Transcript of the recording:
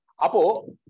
Apo